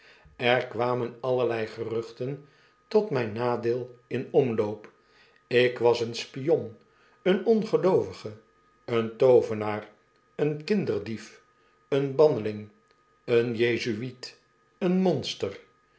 er kwamen allerlei geruchten tot myn nadeel in omloop ik was een spion een ongeloovige een too vernaar een kinder diet een bannelmg een jezuiet een monster